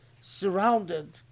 surrounded